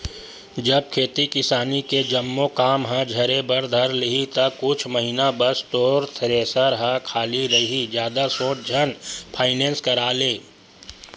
जब खेती किसानी के जम्मो काम ह झरे बर धर लिही ता कुछ महिना बस तोर थेरेसर ह खाली रइही जादा सोच झन फायनेंस करा ले